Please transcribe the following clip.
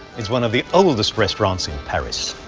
it's one of the oldest restaurants in paris.